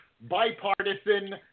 bipartisan